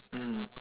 mm